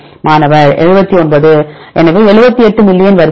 மாணவர் 79 எனவே 78 மில்லியன் வரிசைகள்